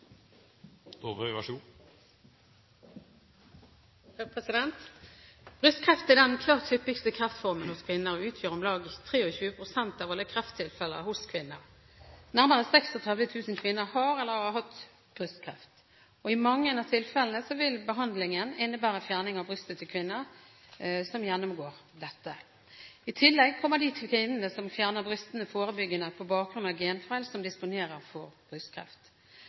er den klart hyppigste kreftformen hos kvinner og utgjør om lag 23 pst. av alle krefttilfeller hos kvinner. Nærmere 36 000 kvinner har eller har hatt brystkreft. I mange av krefttilfellene vil behandlingen av kreften innebære fjerning av brystet til kvinnen. I tillegg gjelder det for de kvinnene som fjerner brystene forebyggende på bakgrunn av genfeil, som disponerer for